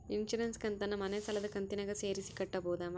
Insurance ಕಂತನ್ನ ಮನೆ ಸಾಲದ ಕಂತಿನಾಗ ಸೇರಿಸಿ ಕಟ್ಟಬೋದ?